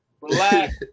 relax